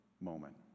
moment